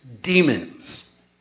demons